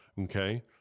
okay